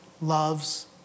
loves